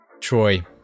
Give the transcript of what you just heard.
Troy